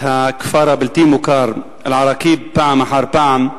הכפר הבלתי-מוכר אל-עראקיב פעם אחר פעם,